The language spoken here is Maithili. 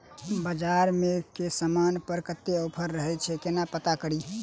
बजार मे केँ समान पर कत्ते ऑफर रहय छै केना पत्ता कड़ी?